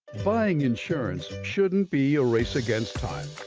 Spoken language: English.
buying insurance shouldn't be a race against time.